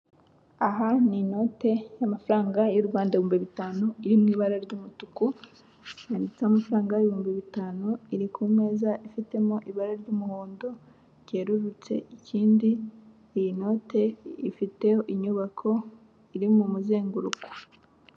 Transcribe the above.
Aha n'inote y'amafaranga y' u Rwanda ibihumbi bitanu iri mwibara ry'umutuku yanditseho amafaranga ibihumbi bitanu iri k'umeza ifitemo ibara ry'umuhondo ryerurutse ikindi iyi note ifite inyubako iri m'umuzenguruko.